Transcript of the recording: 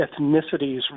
ethnicities